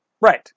Right